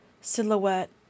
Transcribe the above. silhouette